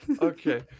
Okay